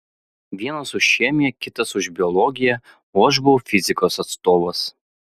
vienas už chemiją kitas už biologiją o aš buvau fizikos atstovas